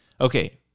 Okay